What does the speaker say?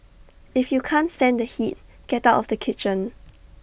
if you can't stand the heat get out of the kitchen